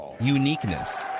uniqueness